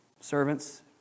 Servants